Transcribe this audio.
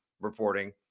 reporting